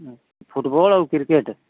football ଆଉ cricket